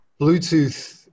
Bluetooth